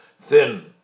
thin